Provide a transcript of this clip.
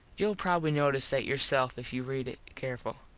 youll probably notice that yourself if you read it careful.